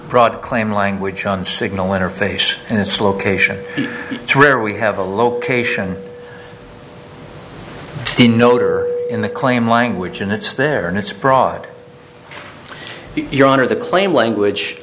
broad claim language on signal interface in this location where we have a location in notre in the claim language and it's there and it's broad your honor the claim language